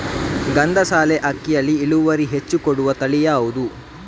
ಗಂಧಸಾಲೆ ಅಕ್ಕಿಯಲ್ಲಿ ಇಳುವರಿ ಹೆಚ್ಚು ಕೊಡುವ ತಳಿ ಯಾವುದು?